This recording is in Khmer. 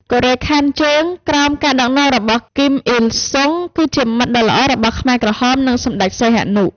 កូរ៉េខាងជើងក្រោមការដឹកនាំរបស់ គីម អ៊ីលសុង គឺជាមិត្តដ៏ល្អរបស់ខ្មែរក្រហម និងសម្ដេចសីហនុ។